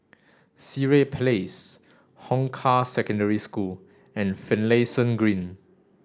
Sireh Place Hong Kah Secondary School and Finlayson Green